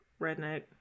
Redneck